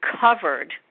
covered